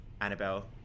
Annabelle